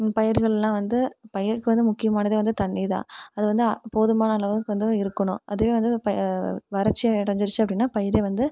பயிர்கள்லாம் வந்து பயிருக்கு வந்து முக்கியமானதே வந்து தண்ணிதான் அது வந்து போதுமான அளவுக்கு வந்து இருக்கணும் அதுவே வந்து ப வறட்சி அடஞ்சிருச்சு அப்படின்னா பயிரே வந்து